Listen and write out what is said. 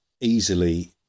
easily